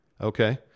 Okay